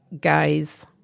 guys